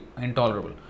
intolerable